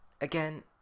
Again